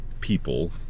people